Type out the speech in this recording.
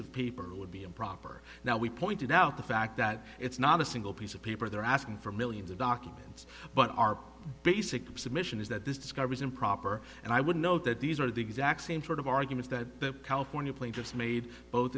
paper would be improper now we pointed out the fact that it's not a single piece of paper they're asking for millions of documents but our basic submission is that this discovery is improper and i would note that these are the exact same sort of arguments that california plane just made both